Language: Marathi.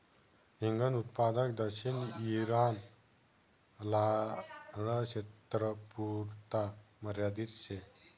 हिंगन उत्पादन दक्षिण ईरान, लारक्षेत्रपुरता मर्यादित शे